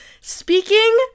Speaking